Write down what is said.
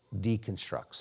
deconstructs